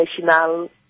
national